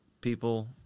people